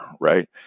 right